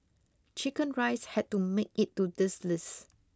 chicken rice had to make it to this list